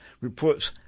reports